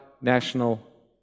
national